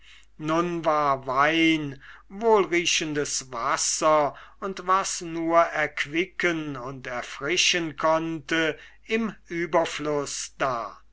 nun war wein wohlriechendes wasser und was nur erquicken und erfrischen konnte im überfluß da